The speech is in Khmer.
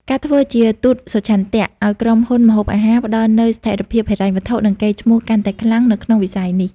ការធ្វើជាទូតសុឆន្ទៈ ឱ្យក្រុមហ៊ុនម្ហូបអាហារ ផ្តល់នូវស្ថិរភាពហិរញ្ញវត្ថុ និងកេរ្តិ៍ឈ្មោះកាន់តែខ្លាំងនៅក្នុងវិស័យនេះ។